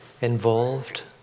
involved